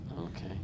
Okay